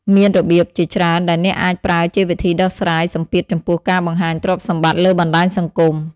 មានរបៀបជាច្រើនដែលអ្នកអាចប្រើជាវិធីដោះស្រាយសម្ពាធចំពោះការបង្ហាញទ្រព្យសម្បត្តិលើបណ្តាញសង្គម។